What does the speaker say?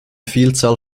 vielzahl